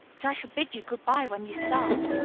but i shall bid you good-by when you start.